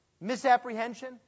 misapprehension